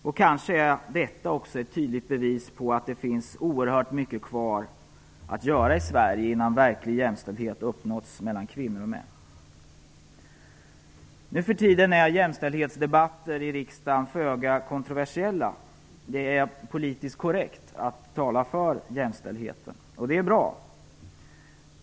Detta är kanske också ett tydligt bevis på att det finns oerhört mycket kvar att göra i Sverige innan verklig jämställdhet uppnåtts mellan kvinnor och män. Nu för tiden är jämställdhetsdebatter i riksdagen föga kontroversiella. Det är politiskt korrekt att tala för jämställdheten. Det är bra.